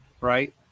right